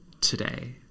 today